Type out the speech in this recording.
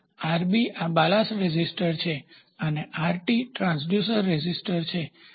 તો આ ballast resistor છે અને ટ્રાન્સડ્યુસર ટેઝીસ્ટન્સપ્રતિકાર છે